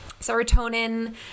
Serotonin